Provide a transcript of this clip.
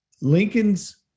Lincoln's